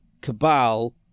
cabal